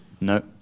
No